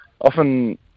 often